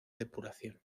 depuración